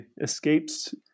escapes